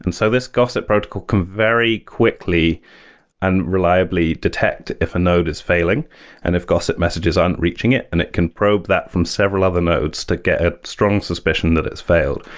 and service gossip protocol can very quickly and reliably detect if a node is failing and if gossip messages aren't reaching it and it can probe that from several other nodes to get a strong suspicion that it's failed.